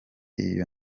iyo